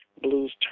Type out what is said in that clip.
blues